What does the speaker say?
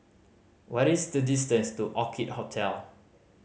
what is the distance to Orchid Hotel